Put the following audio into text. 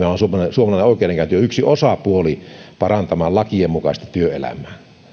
suomalainen oikeudenkäynti on yksi osapuoli parantamaan lakien mukaista työelämää